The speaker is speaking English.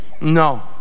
No